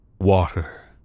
water